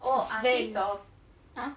sven ah